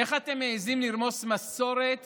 איך אתם מעיזים לרמוס מסורת